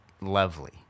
lovely